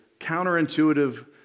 counterintuitive